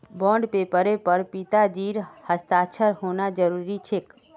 bond पेपरेर पर पिताजीर हस्ताक्षर होना जरूरी छेक